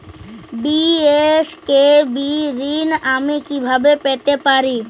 BSKB ঋণ আমি কিভাবে পেতে পারি?